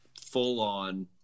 full-on